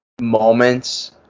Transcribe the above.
moments